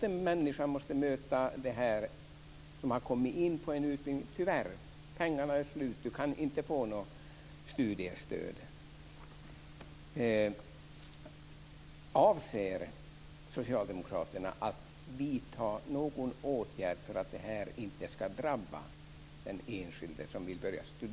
En människa som har kommit in på en utbildning möts av att tyvärr är pengarna slut och att man inte kan få ett studiestöd.